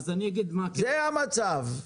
זה המצב.